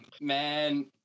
man